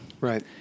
Right